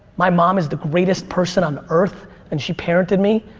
my mom is the greatest person on earth and she parented me.